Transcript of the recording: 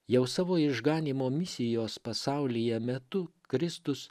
jau savo išganymo misijos pasaulyje metu kristus